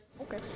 okay